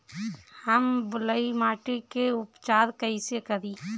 हम बलुइ माटी के उपचार कईसे करि?